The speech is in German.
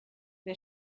wer